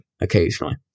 occasionally